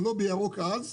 אבל לא בירוק עז.